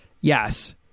Yes